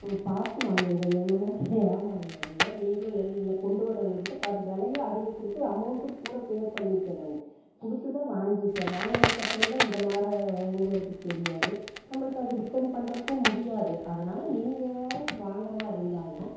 நீங்கள் பார்த்து வாங்குங்க என்ன மாதிரி ஏமாந்துறாதிங்க நீங்களும் வெளியில் கொண்டு வரவங்ககிட்டே பார்த்து விலைய அதிகம் கொடுத்து அமௌண்ட்டும் கூட பே பண்ணிகிட்டேன் நானும் கொடுத்துதான் வாங்கிட்டேன் வாங்கினதுக்கு அப்புறோந்தான் இந்த மாதிரி எங்களுக்கு தெரியாது நம்மளுக்கு அது ரிட்டன் பண்ணுறக்கும் முடியாது அதனால நீங்கள் யாராச்சும் வாங்கிற மாதிரி இருந்தாலும்